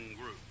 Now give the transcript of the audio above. group